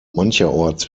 mancherorts